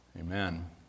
Amen